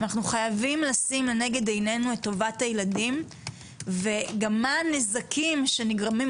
אנחנו חייבים לשים לנגד עינינו את טובת הילדים וגם את הנזקים שנגרמים,